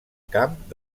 camp